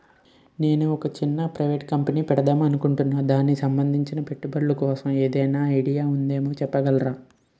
నేను ఒక చిన్న ప్రైవేట్ కంపెనీ పెడదాం అనుకుంటున్నా దానికి సంబందించిన పెట్టుబడులు కోసం ఏదైనా ఐడియా ఉందేమో చెప్పగలరా?